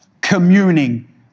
communing